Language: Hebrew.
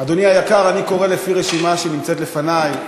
אדוני היקר, אני קורא לפי רשימה שנמצאת לפני,